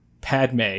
Padme